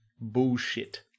Bullshit